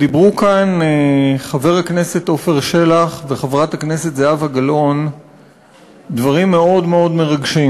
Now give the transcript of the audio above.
אמרו כאן חבר הכנסת עפר שלח וחברת הכנסת זהבה גלאון דברים מאוד מרגשים,